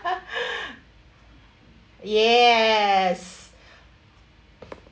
yes